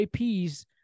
IPs